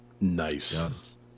Nice